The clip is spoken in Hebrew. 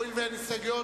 הואיל ואין הסתייגויות,